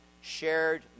shared